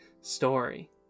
story